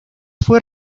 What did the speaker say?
fue